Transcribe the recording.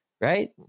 right